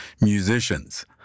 musicians